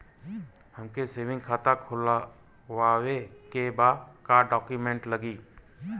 हमके सेविंग खाता खोलवावे के बा का डॉक्यूमेंट लागी?